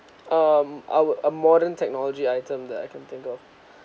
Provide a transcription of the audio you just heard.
um our a modern technology item that I can think of